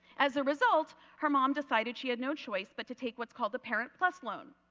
as a result her mom decided she had no choice but to take what's called a parent plus loan.